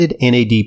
NAD